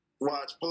Watch